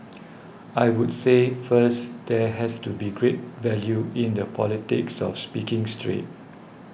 I would say first there has to be great value in the politics of speaking straight